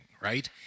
right